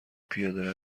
پیاده